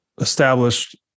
established